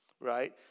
right